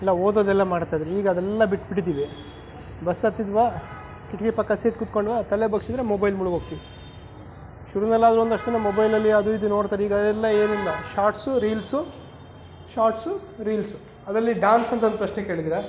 ಇಲ್ಲ ಓದೋದೆಲ್ಲ ಮಾಡ್ತಾ ಇದ್ದರು ಈಗ ಅದೆಲ್ಲ ಬಿಟ್ಟುಬಿಟ್ಟಿದೀವಿ ಬಸ್ ಹತ್ತಿದ್ವ ಕಿಟಕಿ ಪಕ್ಕ ಸೀಟ್ ಕುತ್ಕೊಂಡ್ವ ತಲೆ ಬಗ್ಗಿಸಿದ್ರೆ ಮೊಬೈಲಲ್ಲಿ ಮುಳುಗೋಗ್ತೀವಿ ಶುರುವಲ್ಲಾದರೂ ಒಂದಷ್ಟು ಜನ ಮೊಬೈಲಲ್ಲಿ ಅದೂ ಇದೂ ನೋಡ್ತಾರೆ ಈಗ ಅದೆಲ್ಲ ಏನೂ ಇಲ್ಲ ಶಾರ್ಟ್ಸು ರೀಲ್ಸು ಶಾರ್ಟ್ಸು ರೀಲ್ಸು ಅದರಲ್ಲಿ ಡ್ಯಾನ್ಸ್ ಅಂತ ಒಂದು ಪ್ರಶ್ನೆ ಕೇಳಿದ್ದೀರ